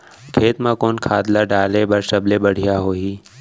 खेत म कोन खाद ला डाले बर सबले बढ़िया होही?